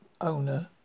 owner